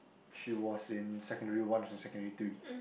she was in secondary one I was in secondary three